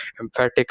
emphatic